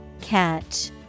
Catch